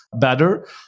better